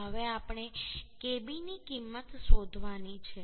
હવે આપણે kb ની કિંમત શોધવાની છે